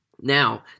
Now